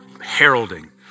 heralding